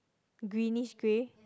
greenish grey